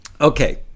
Okay